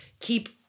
keep